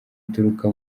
aturuka